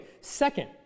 second